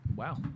Wow